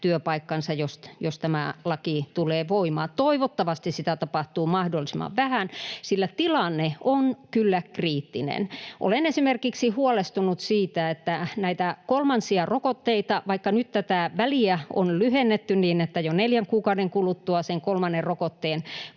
työpaikkansa, jos tämä laki tulee voimaan. Toivottavasti sitä tapahtuu mahdollisimman vähän, sillä tilanne on kyllä kriittinen. Olen huolestunut esimerkiksi siitä, että kolmansia rokotuksia — vaikka nyt tätä väliä on lyhennetty niin, että jo neljän kuukauden kuluttua sen kolmannen rokotteen